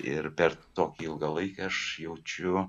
ir per tokį ilgą laiką aš jaučiu